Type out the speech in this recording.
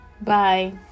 Bye